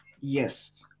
Yes